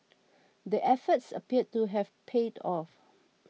the efforts appear to have paid off